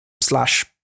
slash